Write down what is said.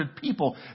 people